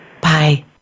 Bye